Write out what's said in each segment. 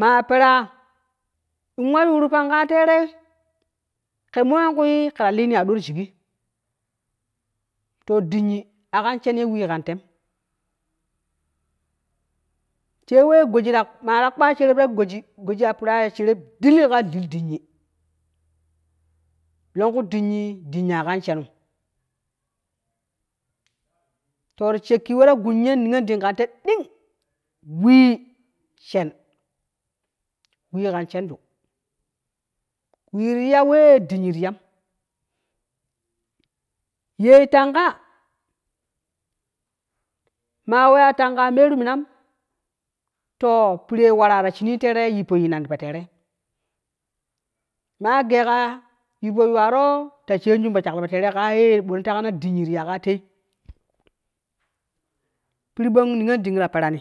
Maa peraa in wa yuuro pan ka terei ke mo an kuu keta li ni ado ti shigi to dinyi akan shen ye wii kan tem te wee goji ti maa ta kpa shereb ta goji goji ya shereb dili kawo dinyi longku dinyi dinyi akan shenum to ti shekki we ta gun ye niyon ding kan te ding wii shen, wii kan shenji wii tiya wee dinyi ti yam ye tanga ma weya tanga a meeru minaru to piree wara ta shinii terei yippo yinnan tipo terei maa geega yippo yuwaro ta shenjun poshakloi tipo terei kaye bone tega na dinyi ti ya kaa lei pirɓang niyon ding ta perani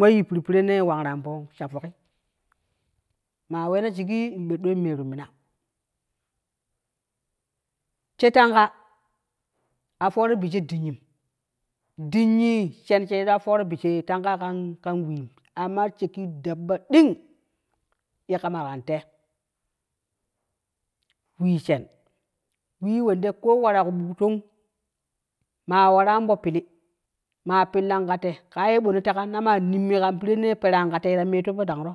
wa yippuru pirenne waran po sha fokki maa weena shigi in berdoi in meerun mina, she tanga a fooro bishe dinyim dinyii shen sheeju afooro bishe tanga kan wiim amma ti shekki dabba ding ye kama kan te wii shen, wii wende ko waraa kubuk tong maa waran po pili, maa pillan kate, kaa ye bone tega namaa nimmi ka pirenne peran ka tei ta mettopo dangro.